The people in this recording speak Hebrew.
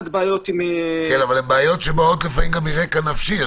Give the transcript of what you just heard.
אבל הבעיות באות לפעמים מרקע נפשי.